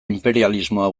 inperialismoa